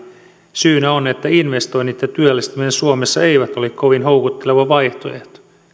syynä on että investoinnit ja työllistäminen suomessa eivät ole kovin houkutteleva vaihtoehto